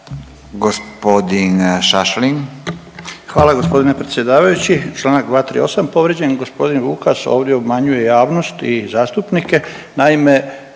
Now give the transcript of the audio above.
Hvala g. predsjedavajući.